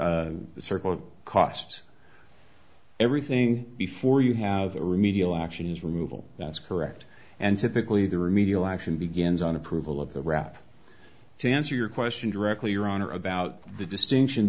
e circle of cost everything before you have remedial action is removal that's correct and typically the remedial action begins on approval of the wrap to answer your question directly your honor about the distinction